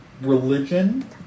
religion